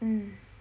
mm